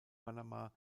panama